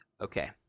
Okay